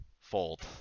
Fold